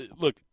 look